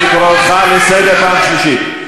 אני קורא אותך לסדר פעם שלישית.